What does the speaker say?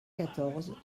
quatorze